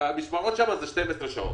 שהמשמרות שם הן 12 שעות.